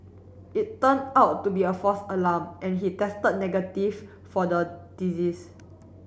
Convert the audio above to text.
it turned out to be a false alarm and he tested negative for the disease